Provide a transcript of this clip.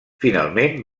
finalment